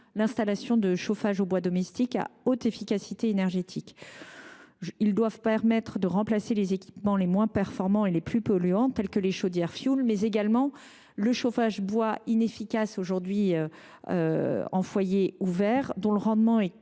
installations de chauffage au bois domestique à haute efficacité énergétique. Elles doivent permettre de remplacer les équipements les moins performants et les plus polluants tels que les chaudières au fioul, mais également le chauffage au bois en foyer ouvert, inefficace, dont le rendement est